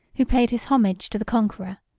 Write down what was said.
who paid his homage to the conqueror,